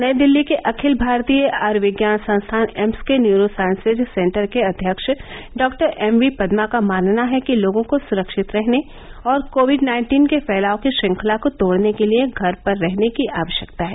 नई दिल्ली के अखिल भारतीय आयुर्विज्ञान संस्थान एम्स के न्यूरोसाइंसेज सेंटर के अध्यक्ष डॉ एम वी पदमा का मानना है कि लोगों को सुरक्षित रहने और कोविड नाइन्टीन के फैलाव की श्रंखला को तोड़ने के लिए घर पर रहने की आवश्यकता है